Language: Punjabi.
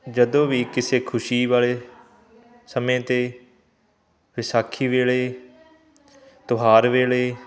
ਜਦੋਂ ਵੀ ਕਿਸੇ ਖੁਸ਼ੀ ਵਾਲੇ ਸਮੇਂ 'ਤੇ ਵਿਸਾਖੀ ਵੇਲੇ ਤਿਉਹਾਰ ਵੇਲੇ